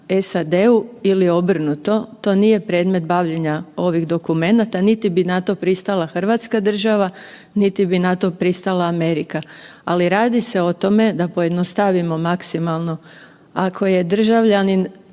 SAD-u ili obrnuto, to nije predmet bavljenje ovih dokumenata niti bi na to pristala Hrvatska država, niti bi na to pristala Amerika, ali radi se o tome da pojednostavimo maksimalno. Ako je državljanin